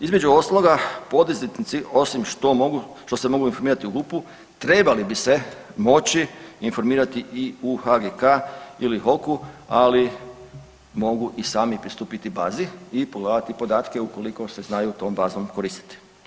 Između ostaloga poduzetnici osim što se mogu informirati u HUP-u trebali bi se moći informirati i u HGK ili HOK-u ali mogu i sami pristupiti bazi i pogledati podatke ukoliko se znaju tom bazom koristiti.